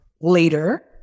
later